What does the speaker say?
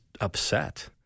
upset